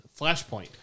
Flashpoint